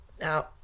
now